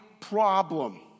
problem